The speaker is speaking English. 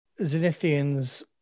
Zenithians